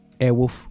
Airwolf